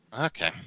Okay